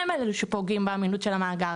הם אלו שפוגעים באמינות של המאגר.